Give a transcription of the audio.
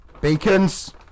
Beacons